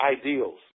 ideals